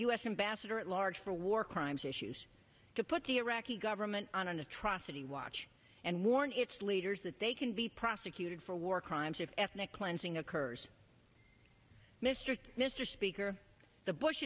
ambassador at large for war crimes issues to put the iraqi government on an atrocity watch and warn its leaders that they can be prosecuted for war crimes of ethnic cleansing occurs mr mr speaker the bush